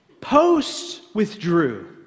post-withdrew